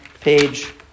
page